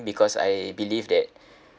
because I believe that